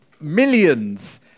Millions